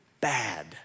bad